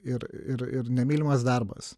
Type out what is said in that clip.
ir ir ir nemylimas darbas